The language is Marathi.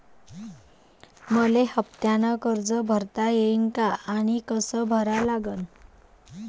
मले हफ्त्यानं कर्ज भरता येईन का आनी कस भरा लागन?